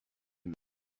him